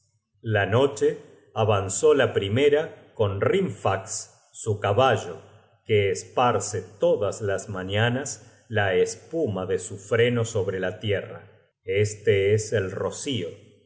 la noche avanzó la primera con hrimfaxe su caballo que esparce todas las mañanas la espuma de su freno sobre la tierra este es el rocio